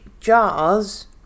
jars